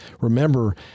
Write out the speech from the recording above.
remember